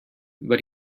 but